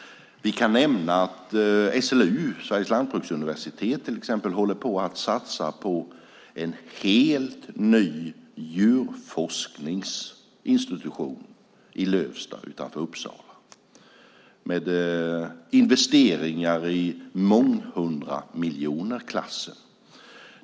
Vi kan nämna att SLU, Sveriges lantbruksuniversitet, satsar på en helt ny djurforskningsinstitution i Lövsta utanför Uppsala med investeringar i månghundramiljonersklassen.